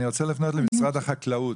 אני רוצה לפנות למשרד החקלאות,